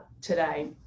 today